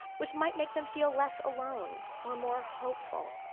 which might make them feel less alone or more hopefull.